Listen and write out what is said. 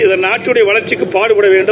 இந்த நாட்டினுடைய வளர்ச்சிக்குப் பாடுபட வேண்டும்